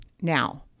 now